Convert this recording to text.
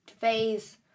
Phase